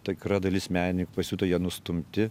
tikra dalis meninė pasijuto jie nustumti